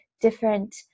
different